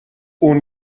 اون